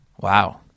Wow